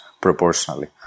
proportionally